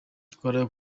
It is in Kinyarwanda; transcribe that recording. ukareba